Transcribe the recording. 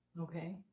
Okay